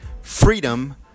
Freedom